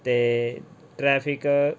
ਅਤੇ ਟਰੈਫਿਕ